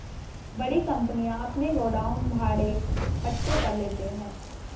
बड़ी कंपनियां अपने गोडाउन भाड़े पट्टे पर लेते हैं